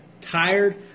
tired